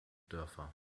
dörfer